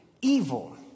evil